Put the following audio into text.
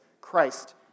Christ